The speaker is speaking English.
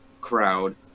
crowd